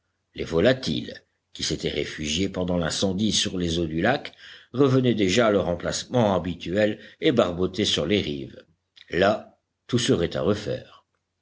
les volatiles qui s'étaient réfugiés pendant l'incendie sur les eaux du lac revenaient déjà à leur emplacement habituel et barbotaient sur les rives là tout serait à refaire